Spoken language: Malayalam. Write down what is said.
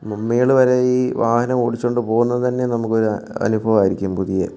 മേളിൽ വരെ ഈ വാഹനം ഓടിച്ചുകൊണ്ട് പോകുന്നത് തന്നെ നമുക്ക് ഒരു അനുഭവം ആയിരിക്കും പുതിയ